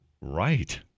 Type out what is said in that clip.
right